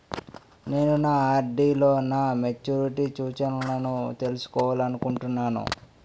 నేను నా ఆర్.డి లో నా మెచ్యూరిటీ సూచనలను తెలుసుకోవాలనుకుంటున్నాను